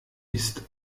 ist